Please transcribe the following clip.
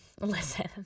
listen